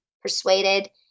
persuaded